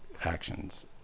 actions